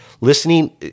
listening